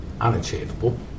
unachievable